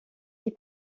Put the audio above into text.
ils